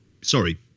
sorry